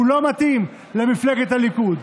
הוא לא מתאים למפלגת הליכוד.